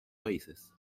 países